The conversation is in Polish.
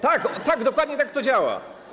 Tak, dokładnie tak to działa.